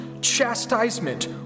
chastisement